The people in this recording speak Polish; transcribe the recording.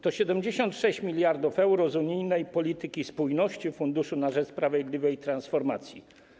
To 76 mld euro z unijnej polityki spójności, Funduszu na rzecz Sprawiedliwej Transformacji.